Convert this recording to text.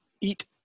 eat